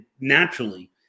naturally